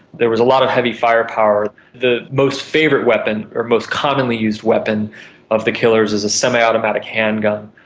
there was a lot of heavy firepower. the most favourite weapon or most commonly used weapon of the killers is a semiautomatic handgun,